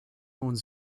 uns